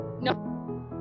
no